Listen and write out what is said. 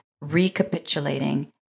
recapitulating